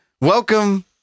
Welcome